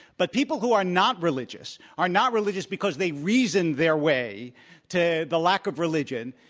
but people who are not religious are not religious because they reason their way to the lack of religion,